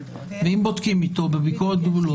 אם בודקים איתו בביקורת גבולות.